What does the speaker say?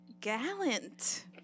gallant